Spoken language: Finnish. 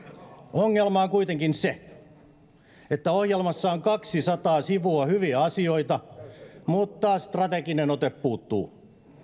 ongelma on kuitenkin se että ohjelmassa on kaksisataa sivua hyviä asioita mutta strateginen ote puuttuu